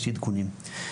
יש עדכונים.